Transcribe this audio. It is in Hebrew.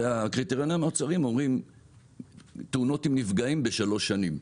והקריטריונים האוצריים אומרים תאונות עם נפגעים בשלוש שנים,